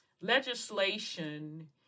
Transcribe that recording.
legislation